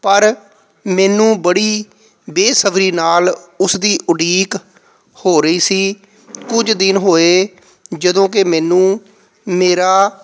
ਪਰ ਮੈਨੂੰ ਬੜੀ ਬੇਸਬਰੀ ਨਾਲ ਉਸ ਦੀ ਉਡੀਕ ਹੋ ਰਹੀ ਸੀ ਕੁਝ ਦਿਨ ਹੋਏ ਜਦੋਂ ਕਿ ਮੈਨੂੰ ਮੇਰਾ